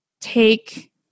take